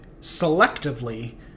selectively